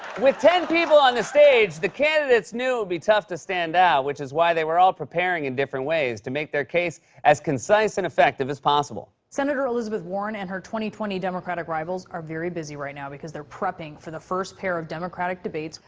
with ten people on the stage, the candidates knew it would be tough to stand out, which is why they were all preparing in different ways to make their case as concise and effective as possible. senator elizabeth warren and her twenty twenty democratic rivals are very busy right now, because they're prepping for the first pair of democratic debates.